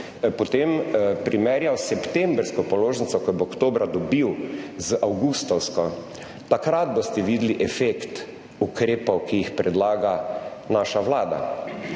potem primerjal septembrsko položnico, ki jo bo dobil oktobra, z avgustovsko, takrat boste videli efekt ukrepov, ki jih predlaga naša vlada.